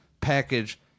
package